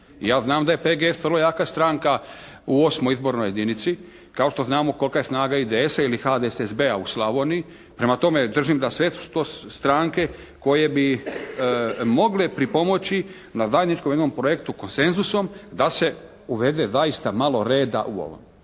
Ja znam da je PGS vrlo jaka stranka u VIII. izbornoj jedinici, kao što znamo kolika je snaga IDS-a ili HDSSB-a u Slavoniji. Prema tome držim da sve su to stranke koje bi mogle pripomoći na zajedničkom jednom projektu konsenzusom da se uvede zaista malo reda u ovom.